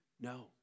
No